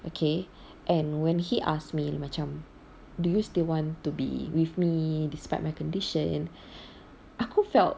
okay and when he asked me macam do you still want to be with me despite my condition aku felt